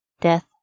death